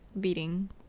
beating